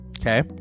Okay